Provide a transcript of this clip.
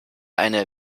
eine